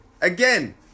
Again